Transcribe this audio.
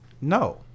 No